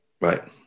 Right